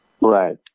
Right